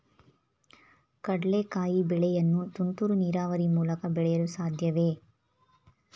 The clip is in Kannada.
ಕಡ್ಲೆಕಾಯಿ ಬೆಳೆಯನ್ನು ತುಂತುರು ನೀರಾವರಿ ಮೂಲಕ ಬೆಳೆಯಲು ಸಾಧ್ಯವೇ?